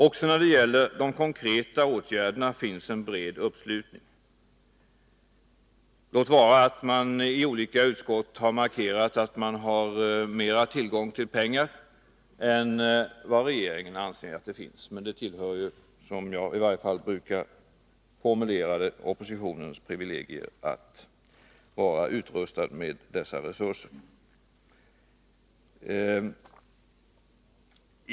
Också när det gäller de konkreta åtgärderna finns en bred uppslutning, låt vara att man i olika utskott har markerat att man har mer tillgång till pengar än vad regeringen anser att det finns. Men det tillhör, som jag brukar formulera det, oppositionens privilegier att vara utrustad med dessa resurser.